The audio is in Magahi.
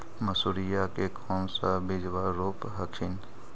मसुरिया के कौन सा बिजबा रोप हखिन?